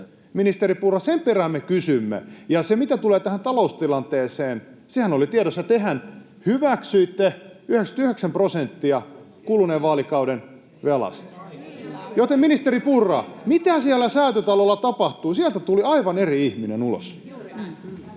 Ministeri Purra, sen perään me kysymme. Ja sehän, mitä tulee tähän taloustilanteeseen, oli tiedossa. Tehän hyväksyitte 99 prosenttia kuluneen vaalikauden velasta, joten, ministeri Purra, mitä siellä Säätytalolla tapahtui? Sieltä tuli aivan eri ihminen ulos.